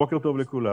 בוקר טוב לכולם.